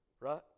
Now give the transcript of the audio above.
Right